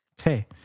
Okay